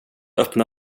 öppna